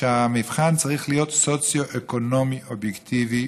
שהמבחן צריך להיות סוציו-אקונומי אובייקטיבי,